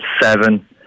seven